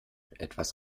etwas